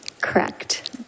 Correct